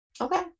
okay